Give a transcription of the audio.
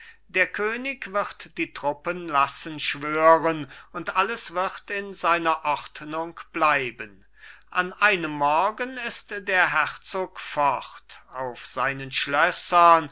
der könig wird die truppen lassen schwören und alles wird in seiner ordnung bleiben an einem morgen ist der herzog fort auf seinen schlössern